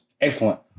Excellent